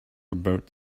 about